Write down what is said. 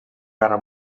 guerra